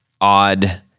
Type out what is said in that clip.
odd